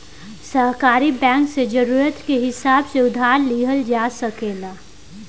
सहकारी बैंक से जरूरत के हिसाब से उधार लिहल जा सकेला